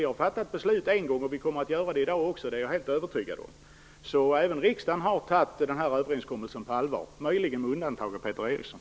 Vi har fattat beslut en gång, och vi kommer att göra det även i dag, det är jag helt övertygad om. Även riksdagen har alltså tagit denna överenskommelsen på allvar, möjligen med undantag för Peter Eriksson.